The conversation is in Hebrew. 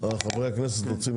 בבקשה.